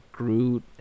Groot